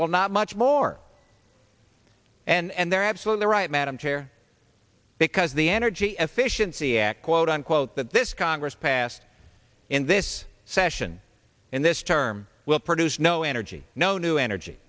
well not much more and they're absolutely right madam chair because the energy efficiency act quote unquote that this congress passed in this session in this term will produce no energy no new energy